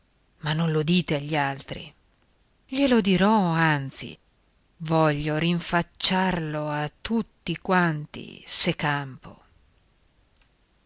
ma non lo dite agli altri glielo dirò anzi voglio rinfacciarlo a tutti quanti se campo